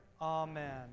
Amen